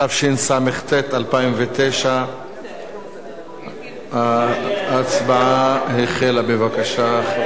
התשס"ט 2009. ההצבעה החלה, בבקשה.